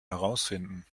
herausfinden